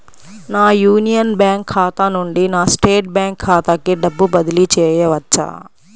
నా Union Bank ఖాతా నుండి నా స్టేట్ బ్యాంకు ఖాతాకి డబ్బు బదిలి చేయవచ్చా?